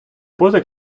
поза